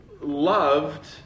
Loved